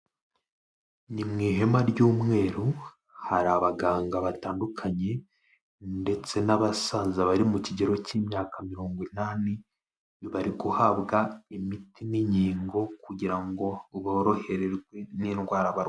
Ni mu ihema ry'umweru, hari abaganga batandukanye ndetse n'abasaza bari mu kigero cy'imyaka mirongo inani, bari guhabwa imiti n'inkingo kugira ngo borohererwe n'indwara barwaye.